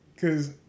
Cause